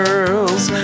Girls